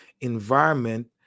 environment